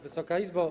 Wysoka Izbo!